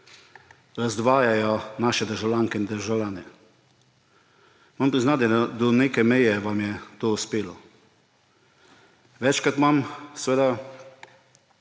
razdvajajo naše državljanke in državljane. Moram priznati, da do neke meje vam je to uspelo. Večkrat mi pride